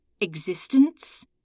existence